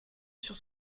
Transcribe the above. sur